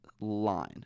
line